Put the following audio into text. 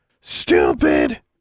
Stupid